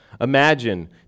Imagine